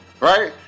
Right